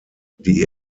die